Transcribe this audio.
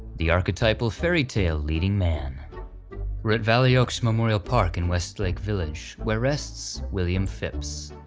the archetypal fairy-tale leading-man. we're at valley oaks memorial park in westlake village, where rests william phipps.